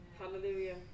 Hallelujah